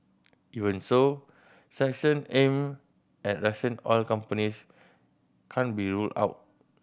even so sanction aimed at Russian oil companies can't be ruled out